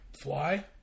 fly